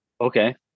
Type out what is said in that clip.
Okay